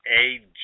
AG